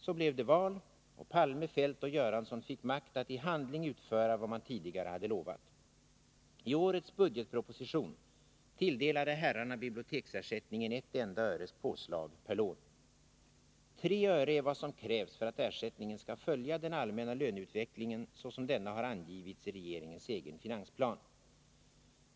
—--- Så blev det val, och Palme, Feldt och Göransson fick makt att i handling utföra vad man tidigare hade lovat. I årets budgetproposition tilldelade herrarna biblioteksersättningen ett enda öres påslag . Tre öre är vad som krävs för att ersättningen skall följa den allmänna löneutvecklingen såsom denna har angivits i regeringens egen finansplan.